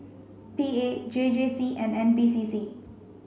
P A J J C and N P C C